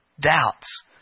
doubts